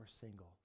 single